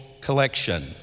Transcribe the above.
collection